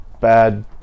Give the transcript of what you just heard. bad